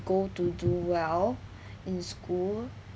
goal to do well in school